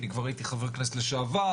אני כבר הייתי חבר כנסת לשעבר.